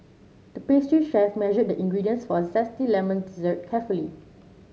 the pastry chef measured the ingredients for a zesty lemon dessert carefully